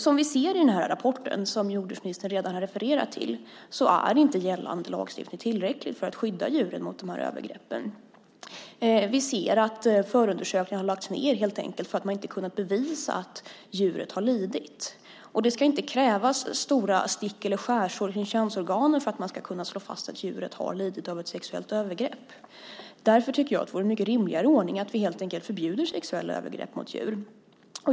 Som vi ser i den rapport som jordbruksministern redan har refererat till är inte gällande lagstiftning tillräcklig för att skydda djuren mot de här övergreppen. Vi ser att förundersökningar helt enkelt har lagts ned för att man inte kunnat bevisa att djuret har lidit. Det ska inte krävas stora stick eller skärsår kring könsorganen för att man ska kunna slå fast att djuret har lidit av ett sexuellt övergrepp. Därför tycker jag att det vore en mycket rimligare ordning att vi helt enkelt förbjuder sexuella övergrepp mot djur.